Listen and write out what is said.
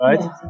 right